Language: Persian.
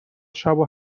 شبو